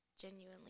genuinely